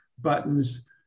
buttons